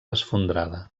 esfondrada